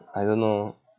I don't know